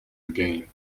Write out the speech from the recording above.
game